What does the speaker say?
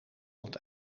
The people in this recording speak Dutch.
dat